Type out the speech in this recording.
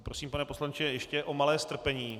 Prosím, pane poslanče, ještě o malé strpení.